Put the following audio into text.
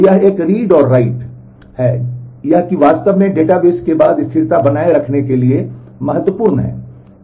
तो यह एक रीड और राइट है यह कि वास्तव में डेटाबेस के बाद स्थिरता बनाए रखने के लिए महत्वपूर्ण हैं